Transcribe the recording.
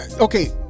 Okay